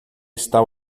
está